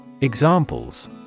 Examples